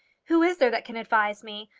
who is there that can advise me?